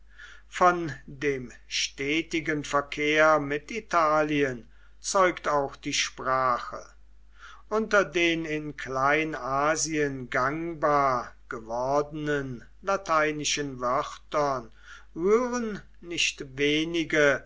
von dem stetigen verkehr mit italien zeugt auch die sprache unter den in kleinasien gangbar gewordenen lateinischen wörtern rühren nicht wenige